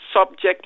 subject